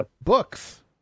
books